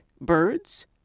birds